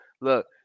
look